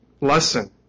lesson